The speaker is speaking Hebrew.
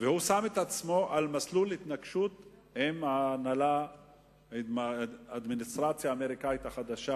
והוא שם את עצמו על מסלול התנגשות עם האדמיניסטרציה האמריקנית החדשה,